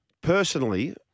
Personally